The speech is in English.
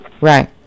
Right